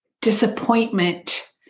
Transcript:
disappointment